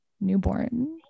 Newborn